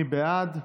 מי בעד?